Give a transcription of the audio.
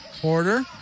Porter